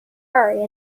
ferrari